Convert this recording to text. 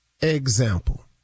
Example